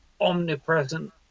omnipresent